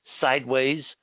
sideways